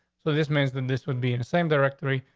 so this means that this would be the same directory,